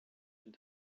and